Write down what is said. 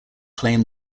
claimed